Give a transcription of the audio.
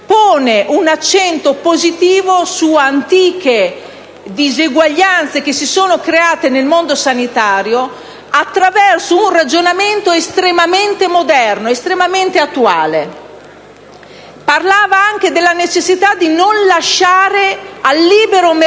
pone un accento positivo su antiche diseguaglianze che si sono create nel mondo sanitario attraverso un ragionamento estremamente moderno ed attuale. Parlava anche della necessità di non lasciare al libero mercato